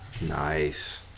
nice